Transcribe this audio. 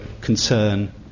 Concern